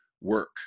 work